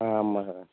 ஆ ஆமாம் சார்